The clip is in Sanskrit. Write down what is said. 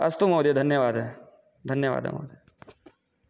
अस्तु महोदय धन्यवादः धन्यवादः महोदय